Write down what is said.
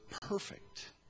perfect